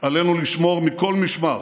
עלינו לשמור מכל משמר